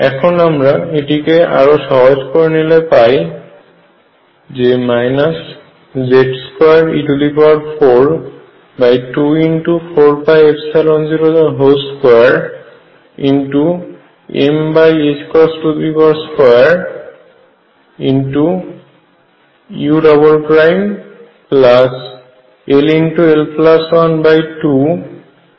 এখন আমরা এটিকে আরো সহজ করে লিখলে পাই Z2e424π02m2ull12Z2e44π02m2ux2 Z2e4m4π0221xu